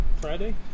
Friday